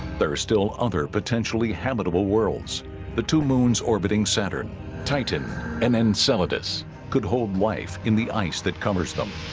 there are still other potentially habitable worlds the two moons orbiting saturn titan and enceladus could hold wife in the ice that covers them